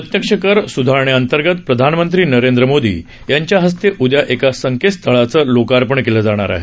प्रत्यक्ष कर सुधारणेअंतर्गत प्रधानमंत्री नरेंद्र मोदी यांच्या हस्ते उद्या गुरुवारी एका संकेतस्थळाचं लोकार्पण केलं जाणार आहे